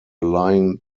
lion